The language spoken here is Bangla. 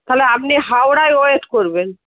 তাহলে আপনি হাওড়ায় ওয়েট করবেন